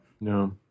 no